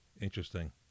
Interesting